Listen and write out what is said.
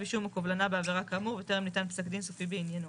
אישום או קובלנה בעבירה כאמור וטרם ניתן פסק דין סופי בעניינו.